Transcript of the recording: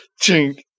chink